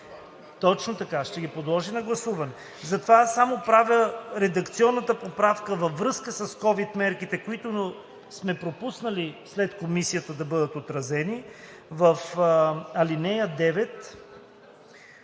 след това ще ги подложи на гласуване. Затова правя редакционната поправка във връзка с ковид мерките, които сме пропуснали след Комисията да бъдат отразени. В ал. 9: